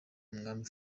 umwami